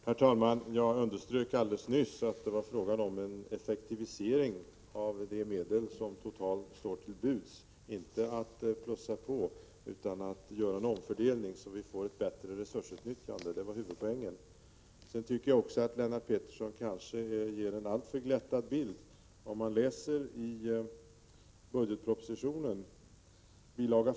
Herr talman! Jag underströk alldeles nyss att det var fråga om en effektivisering av de medel som totalt står till buds — inte en fråga om att plussa på, utan att göra en omfördelning så att vi får ett bättre resursutnyttjande. Det var huvudpoängen. Sedan tycker jag också att Lennart Pettersson ger en alltför glättad bild. Om man läser i budgetpropositionens bil.